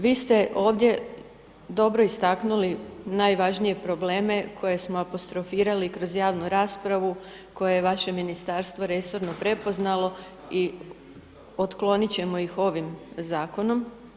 Vi ste ovdje dobro istaknuli najvažnije probleme koje smo apostrofirali kroz javnu raspravu koje je vaše ministarstvo resorno prepoznalo i otkloniti ćemo ih ovim zakonom.